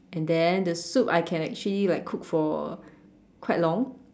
and then the soup I can actually like cook for quite long